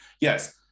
yes